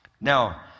Now